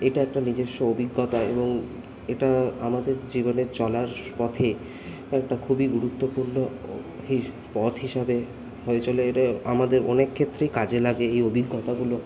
এটা একটা নিজস্ব অভিজ্ঞতা এবং এটা আমাদের জীবনের চলার পথে একটা খুবই গুরুত্বপূর্ণ ও হিস পথ হিসাবে হয়ে চলে এটা আমাদের অনেক ক্ষেত্রেই কাজে লাগে এই অভিজ্ঞতাগুলো